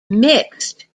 mixed